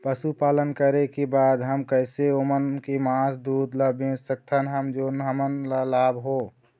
पशुपालन करें के बाद हम कैसे ओमन के मास, दूध ला बेच सकत हन जोन हमन ला लाभ हो?